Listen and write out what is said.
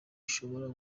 ishobora